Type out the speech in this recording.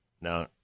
now